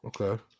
Okay